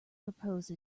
propose